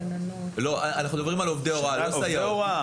אנחנו מדברים על עובדי הוראה, לא סייעות.